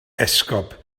esgob